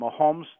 Mahomes